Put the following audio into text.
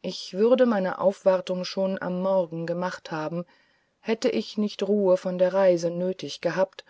ich würde meine aufwartung schon am morgen gemacht haben hätte ich nicht ruhe von der reise nötig gehabt